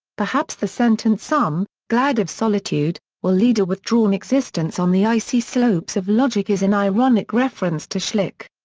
perhaps the sentence some, glad of solitude, will lead a withdrawn existence on the icy slopes of logic is an ironic reference to schlick.